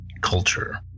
culture